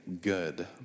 good